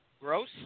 Gross